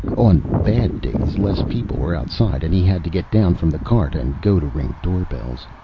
on bad days less people were outside and he had to get down from the cart and go to ring doorbells.